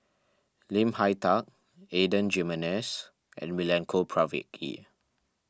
Lim Hak Tai Adan Jimenez and Milenko Prvacki